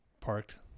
Parked